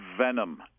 venom